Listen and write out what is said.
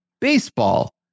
baseball